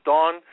Dawn –